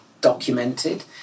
documented